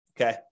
okay